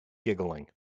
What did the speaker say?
giggling